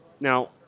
Now